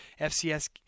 FCS